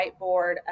whiteboard